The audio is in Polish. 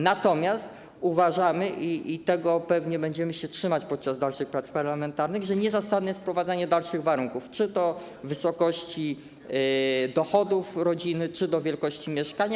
Natomiast uważamy, i tego pewnie będziemy się trzymać podczas dalszych prac parlamentarnych, że niezasadne jest wprowadzanie dalszych warunków, czy to wysokości dochodów rodziny, czy to wielkości mieszkania.